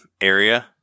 area